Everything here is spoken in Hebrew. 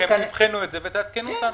תעדכני אותנו.